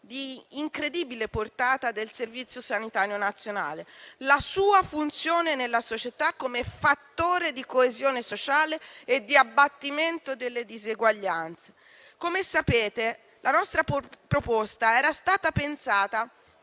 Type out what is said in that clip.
di incredibile portata del Servizio sanitario nazionale, la sua funzione nella società come fattore di coesione sociale e di abbattimento delle diseguaglianze. Come sapete, la nostra proposta era stata pensata